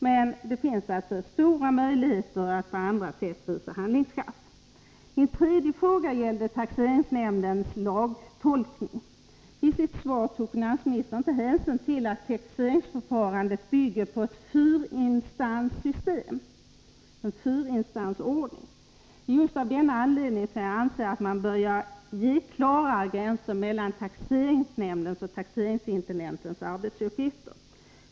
Men det finns alltså stora möjligheter att på andra sätt visa handlingskraft. Min tredje fråga gällde taxeringsnämndernas lagtolkning. I sitt svar tog finansministern inte hänsyn till att taxeringsförfarandet bygger på en ordning med fyra instanser. Det är just av denna anledning som jag anser att man bör dra klarare gränser mellan taxeringsnämndens och taxeringsintendentens arbetsuppgifter.